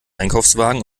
einkaufswagen